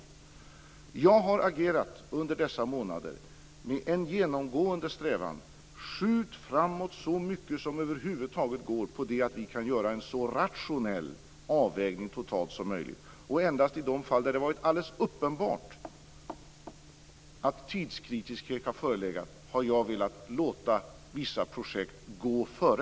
Jag har under dessa månader agerat med en genomgående strävan: Skjut fram så mycket som det över huvud taget går på det att vi kan göra en så rationell avvägning som möjligt totalt sett. Endast i de fall där det har varit alldeles uppenbart att det har varit kritiskt i fråga om tiden har jag velat låta vissa projekt gå före.